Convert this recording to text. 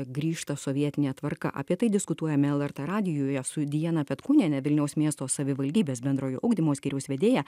grįžta sovietinė tvarka apie tai diskutuojame lrt radijuje su diana petkūniene vilniaus miesto savivaldybės bendrojo ugdymo skyriaus vedėja